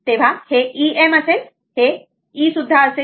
तर हे Em असेल किंवा e सुद्धा असेल